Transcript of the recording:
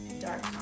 Dark